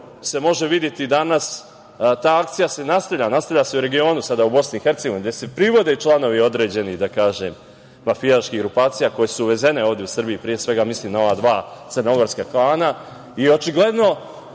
se može videti danas, ta akcija se nastavlja. Nastavlja se u regionu, sada u BiH, gde se privode članovi određenih mafijaških grupacija koje su uvezene ovde u Srbiji, pre svega mislim na ova dva crnogorska klana i očigledno